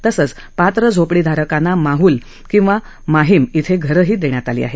तसंच पात्र झोपडी धारकांना माहल अथवा माहीम इथं घरंही देण्यात आली आहेत